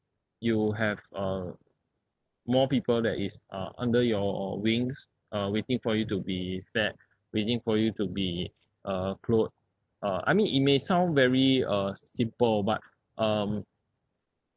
you have uh more people that is uh under your wings uh waiting for you to be fed waiting for you to be uh clothed uh I mean it may sound very uh simple but um